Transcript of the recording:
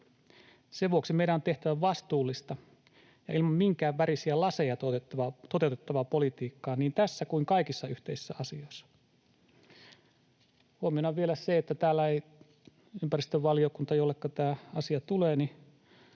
Sen vuoksi meidän on tehtävä vastuullista ja ilman minkään värisiä laseja toteutettavaa politiikkaa niin tässä kuin kaikissa yhteisissä asioissa. — Huomiona vielä se, että täällä ei ympäristövaliokunnasta, jolleka tämä asia tulee, näytä